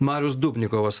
marius dubnikovas